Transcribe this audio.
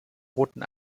roten